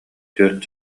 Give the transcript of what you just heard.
түөрт